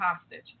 hostage